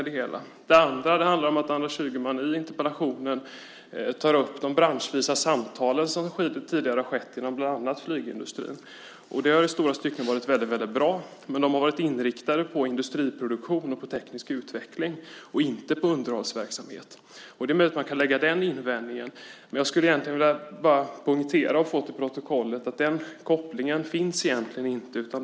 I interpellationen tar Anders Ygeman upp de branschvisa samtal som tidigare har skett inom bland annat flygindustrin. De har i stora stycken varit väldigt bra, men de har varit inriktade på industriproduktion och teknisk utveckling, inte på underhållsverksamhet. Det är möjligt att man kan göra den invändningen. Jag vill bara poängtera och få fört till protokollet att den kopplingen egentligen inte finns.